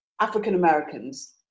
African-Americans